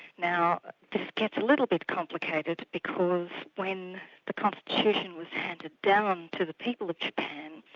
now this gets a little bit complicated, because when the constitution was handed down to the people of japan,